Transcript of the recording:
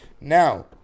Now